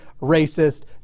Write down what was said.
racist